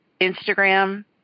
Instagram